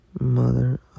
Mother